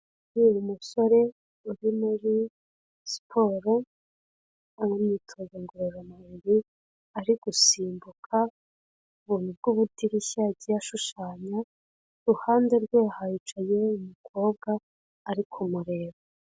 Ni musore uri muri siporo, ari mu myitozo ngororamubiri, ari gusimbuka ubuntu bw'ubudirisha yagiye ashushanya, iruhande rwe hicaye umukobwa ari kumureba.